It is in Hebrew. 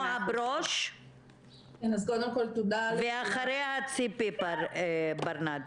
נעה ברוש; ואחריה ציפי ברנד.